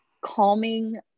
calming